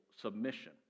submission